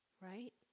Right